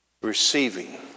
receiving